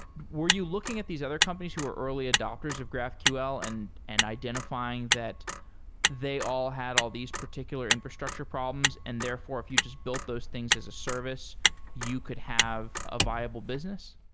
were you looking at these other companies who were early adapters of graphql and and identifying that they all had all these particular infrastructure problems, and therefore if you just built those things as a service you could have a viable business?